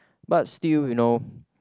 but still you know